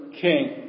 king